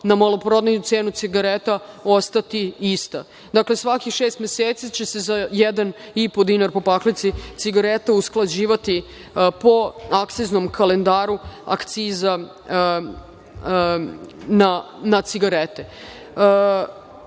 na maloprodajnu cenu cigareta ostati ista. Dakle, svakih šest meseci će se za 1,5 dinar po paklici cigareta usklađivati, po akciznom kalendaru, akciza na cigarete. Ovim